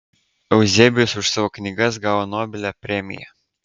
euzebijus už savo knygas gavo nobelio premiją